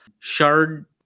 Shard